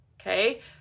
okay